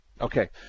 Okay